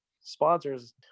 Sponsors